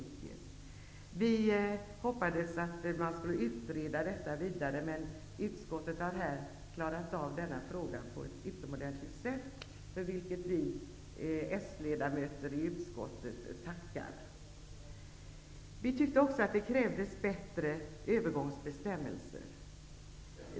Vi hoppades att detta skulle utredas vidare, men utskottet har klarat av denna fråga på ett utomordentligt sätt, för vilket vi sledamöter i utskottet tackar. Vi tyckte också att det krävdes bättre övergångsbestämmelser.